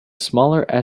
smaller